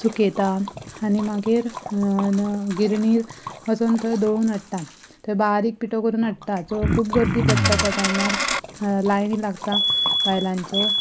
सुकयता आनी मागीर न गिरनीर वचून थंय दळून हाडटा थंय बारीक पिठो करून हाडटा खूब गर्दी पडटा त्या टायमार लायनी लागता बायलांच्यो